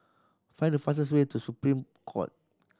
find the fastest way to Supreme Court